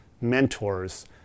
mentors